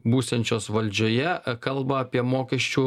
būsiančios valdžioje kalba apie mokesčių